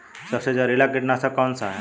सबसे जहरीला कीटनाशक कौन सा है?